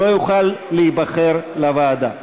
הוא לא יוכל להיבחר לוועדה.